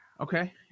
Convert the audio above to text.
Okay